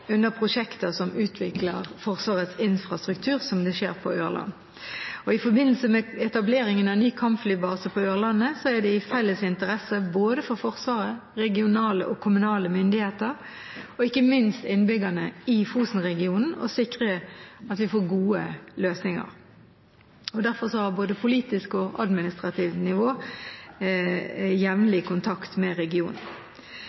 under prosjekter som utvikler Forsvarets infrastruktur, som det skjer på Ørland. I forbindelse med etableringen av ny kampflybase på Ørland er det i felles interesse både for Forsvaret, regionale og kommunale myndigheter, og ikke minst innbyggere i Fosenregionen, å sikre at vi får gode løsninger. Derfor har politisk og administrativt nivå